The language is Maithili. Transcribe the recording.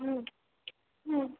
हुँ हुँ